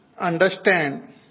understand